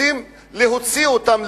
רוצים להוציא אותם,